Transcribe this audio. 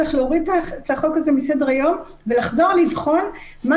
צריך להוריד את החוק הזה מסדר-היום ולחזור לבחון מה